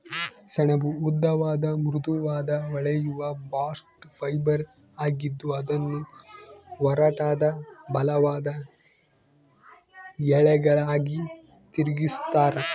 ಸೆಣಬು ಉದ್ದವಾದ ಮೃದುವಾದ ಹೊಳೆಯುವ ಬಾಸ್ಟ್ ಫೈಬರ್ ಆಗಿದ್ದು ಅದನ್ನು ಒರಟಾದ ಬಲವಾದ ಎಳೆಗಳಾಗಿ ತಿರುಗಿಸ್ತರ